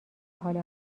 حال